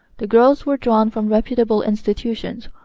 the girls were drawn from reputable institutions,